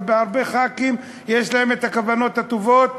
ולהרבה חברי כנסת יש כוונות טובות,